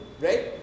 right